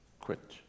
quit